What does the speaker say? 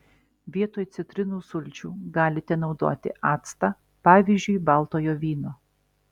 vietoj citrinų sulčių galite naudoti actą pavyzdžiui baltojo vyno